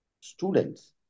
students